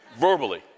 Verbally